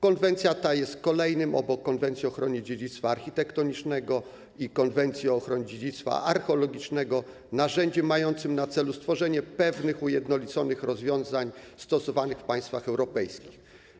Konwencja ta jest kolejnym obok konwencji o ochronie dziedzictwa architektonicznego i konwencji o ochronie dziedzictwa archeologicznego narzędziem mającym na celu stworzenie pewnych, ujednoliconych rozwiązań stosowanych w państwach europejskich.